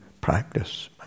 practice